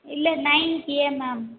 இல்லை ninth A ma'am